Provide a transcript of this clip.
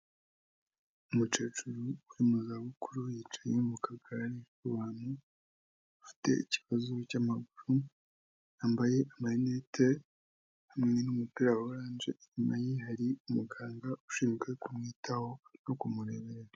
Umukecuru uri mu zabukuru, yicaye mu kagare k'abantu bafite ikibazo cy'amaguru, yambaye amarinete hamwe n'umupira wa oranje, inyuma ye hari umuganga ushinzwe kumwitaho no kumureberera.